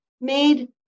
made